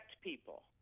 people